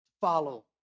follow